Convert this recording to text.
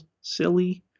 silly